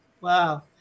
Wow